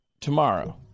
tomorrow